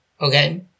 Okay